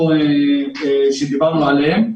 שדיברנו עליהם.